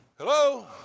Hello